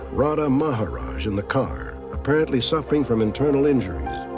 radha maharaj in the car, apparently suffering from internal injuries.